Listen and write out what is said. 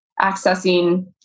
accessing